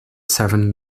seven